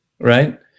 right